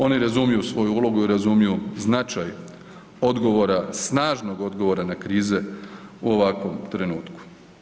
Oni razumiju svoju ulogu i razumiju značaj odgovora, snažnog odgovora na krize u ovakvom trenutku.